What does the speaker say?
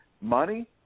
Money